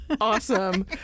awesome